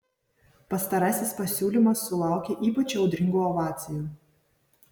pastarasis pasiūlymas sulaukė ypač audringų ovacijų